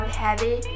heavy